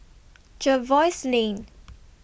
Jervois Lane